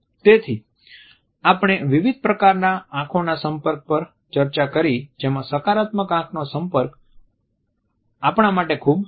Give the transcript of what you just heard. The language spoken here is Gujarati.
તેથી આપણે વિવિધ પ્રકારના આંખના સંપર્કો પર ચર્ચા કરી જેમાં સકારાત્મક આંખનો સંપર્ક આપણા માટે ખૂબ જ મહત્વપૂર્ણ છે